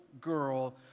girl